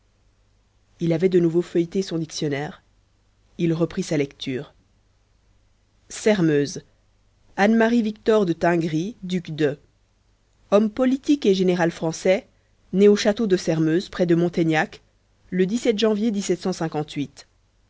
il avait de nouveau feuilleté son dictionnaire il reprit sa lecture sairmeuse anne marie victor de tingry duc de homme politique et général français né au château de sairmeuse près montaignac le janvier